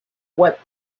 what